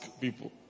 people